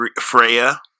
Freya